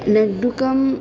लड्डुकम्